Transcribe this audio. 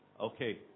Okay